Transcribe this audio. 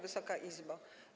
Wysoka Izbo!